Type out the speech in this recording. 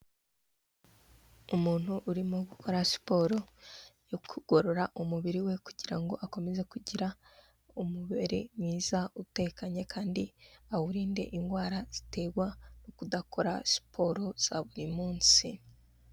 Umuntu urimo gukora siporo yo kugorora umubiri we kugira ngo akomeze kugira umubiri mwiza utekanye kandi awurinde indwara ziterwa no kudakora siporo za buri munsi.